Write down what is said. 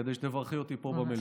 כדי שתברכי אותי פה במליאה.